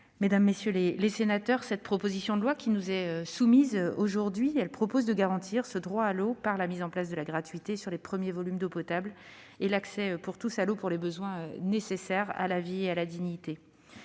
mesdames, messieurs les sénateurs, la proposition de loi qui est soumise à votre examen vise à garantir le droit à l'eau par la mise en place de la gratuité sur les premiers volumes d'eau potable et l'accès pour tous à l'eau pour les besoins nécessaires à la vie et à la dignité.